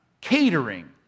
catering